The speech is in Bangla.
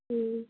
হুম